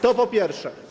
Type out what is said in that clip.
To po pierwsze.